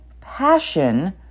passion